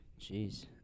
Jeez